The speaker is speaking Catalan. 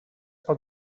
pot